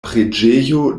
preĝejo